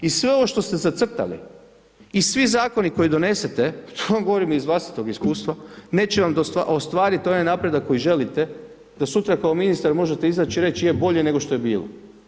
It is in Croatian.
I sve ovo što ste zacrtali i svi zakoni koji donesete, to vam govorim iz vlastitog iskustva, neće vam ostvarit onaj napredak koji želite, da sutra kao ministar izać i reć je bolje je nego što je bilo.